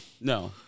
No